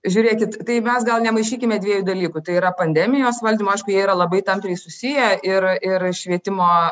žiūrėkit tai mes gal nemaišykime dviejų dalykų tai yra pandemijos valdymo aišku jie yra labai tampriai susiję ir ir švietimo